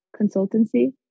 consultancy